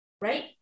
right